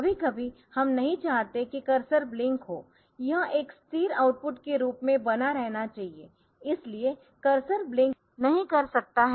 कभी कभी हम नहीं चाहते कि कर्सर ब्लिंक हो यह एक स्थिर आउटपुट के रूप में बना रहना चाहिए इसलिए कर्सर ब्लिंक नहीं कर सकता है